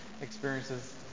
experiences